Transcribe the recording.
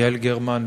יעל גרמן ואנוכי,